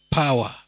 power